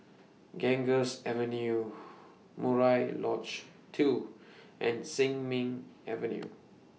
Ganges Avenue Murai Lodge two and Sin Ming Avenue